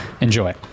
Enjoy